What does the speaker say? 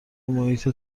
محیط